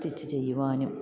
stitch ചെയ്യുവാനും